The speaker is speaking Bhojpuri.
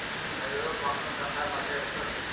आयूरो काऊनो शाखा बाटे ओकर